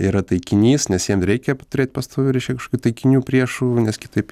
yra taikinys nes jiem reikia turėt pastovių reiškia kažkokių taikinių priešų nes kitaip